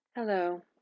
Hello